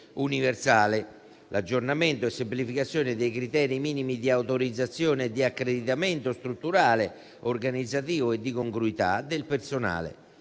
universale; l'aggiornamento e la semplificazione dei criteri minimi di autorizzazione e di accreditamento strutturale, organizzativo e di congruità del personale,